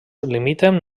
limiten